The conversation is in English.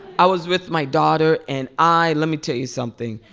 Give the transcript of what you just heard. i was with my daughter. and i let me tell you something.